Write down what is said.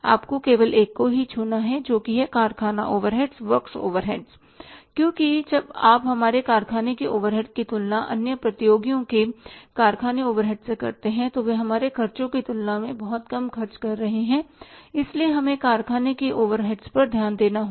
आपको केवल एक को छूना है जो कि कारखाना ओवरहेड वर्क्स ओवरहेड है क्योंकि जब आप हमारे कारखाने के ओवरहेड की तुलना अन्य प्रतियोगियों के कारखाने ओवरहेड्स से करते हैं तो वे हमारे ख़र्चों की तुलना में बहुत कम खर्च कर रहे हैं इसलिए हमें कारखाने के ओवरहेड्स पर ध्यान देना होगा